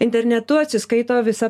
internetu atsiskaito visa